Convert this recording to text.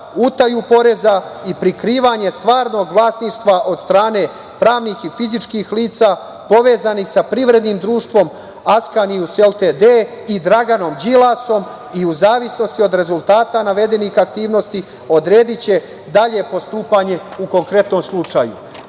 utaju poreza i prikrivanje stvarnog vlasništva od strane pravnih i fizičkih lica povezanih sa privrednim društvom „Askanijus LTD“ i Draganom Đilasom, i u zavisnosti od rezultata navedenih aktivnosti odrediće dalje postupanje u konkretnom slučaju. Dragi